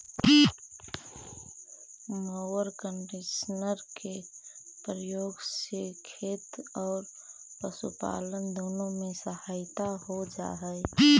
mower conditioner के प्रयोग से खेत औउर पशुपालन दुनो में सहायता हो जा हई